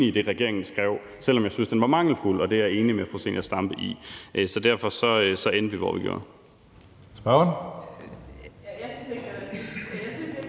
i det, regeringen skrev, selv om jeg synes, det er mangelfuldt, og det er jeg enig med fru Zenia Stampe i. Derfor endte vi, hvor vi gjorde. Kl. 14:10 Tredje næstformand